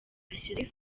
ashyiraho